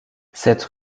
cette